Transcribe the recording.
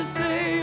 say